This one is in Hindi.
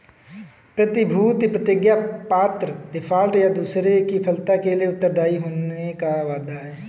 प्रतिभूति प्रतिज्ञापत्र डिफ़ॉल्ट, या दूसरे की विफलता के लिए उत्तरदायी होने का वादा है